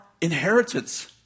inheritance